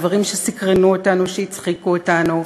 דברים שסיקרנו אותנו, שהצחיקו אותנו,